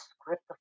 script